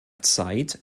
zeit